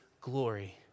glory